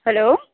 hello